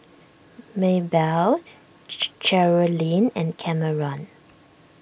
Mabelle Cherilyn and Cameron